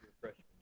freshman